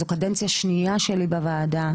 זו קדנציה שנייה שלי בוועדה,